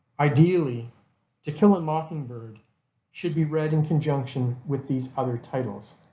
ideally to kill a mockingbird should be read in conjunction with these other titles.